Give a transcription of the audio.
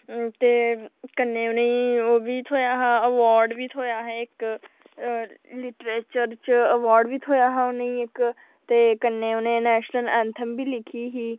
ते कन्नै उ'नें गी ओह्बी थ्होआ हा आवर्ड बी थ्होआ हा इक लिटरेचर च आवर्ड बी थ्होआ हा इक कन्नै उ'नें नेशनल ऐंथम बी लिखेआ हा